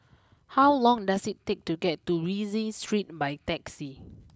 how long does it take to get to Rienzi Street by taxi